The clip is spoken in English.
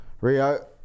Rio